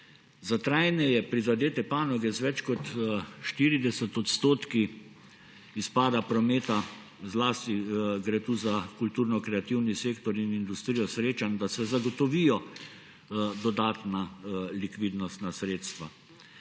za trajneje prizadete panoge z več kot 40 % izpada prometa, zlasti gre tu za kulturno-kreativni sektor in industrijo srečanj, zagotovijo dodatna likvidnostna sredstva,